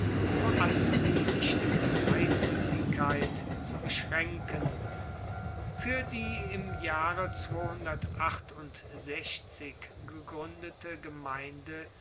vor allem die wichtige freizuegigkeit zu beschraenken fuer die im jahre gegruendete gemeinde